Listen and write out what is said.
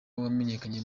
wamenyekanye